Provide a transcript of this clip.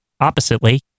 oppositely